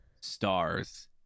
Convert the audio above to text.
stars